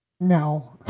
No